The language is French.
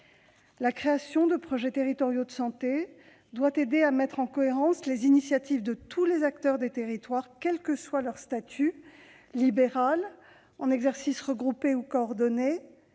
La création de projets territoriaux de santé doit aider à mettre en cohérence les initiatives de tous les acteurs des territoires, quel que soit leur statut- libéral, en exercice regroupé ou coordonné,